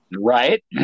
Right